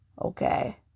Okay